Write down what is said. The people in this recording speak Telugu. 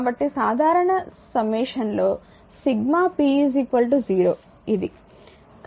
కాబట్టి సాధారణ సమ్మషన్లో సిగ్మా p 0 ఇది